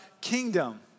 kingdom